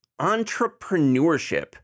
entrepreneurship